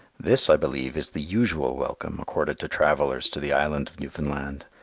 this i believe is the usual welcome accorded to travellers to the island of newfoundland.